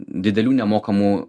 didelių nemokamų